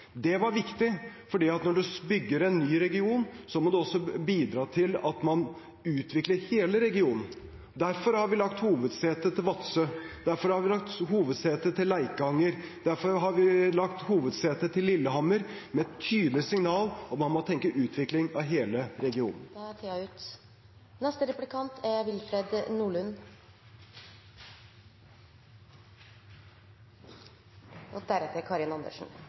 Det var viktig, for når en bygger en ny region, må en også bidra til at en utvikler hele regionen. Derfor har vi lagt hovedsete til Vadsø, derfor har vi lagt hovedsete til Leikanger, derfor har vi lagt hovedsete til Lillehammer, med et tydelig signal om at man må tenke utvikling av hele regionen.